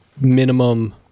minimum